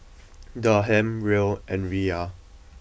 Dirham Riel and Riyal